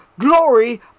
Glory